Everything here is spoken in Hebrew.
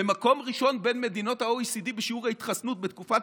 ממקום ראשון בין מדינות ה-OECD בשיעור ההתחסנות בתקופת